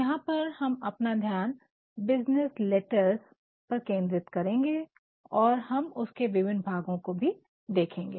यहाँ पर हम अपना ध्यान बिज़नेस लेटर्स पर केंद्रित करेंगे और हम उसके विभिन्न भागो को भी देखेंगे